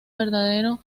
verdadero